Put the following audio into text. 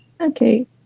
Okay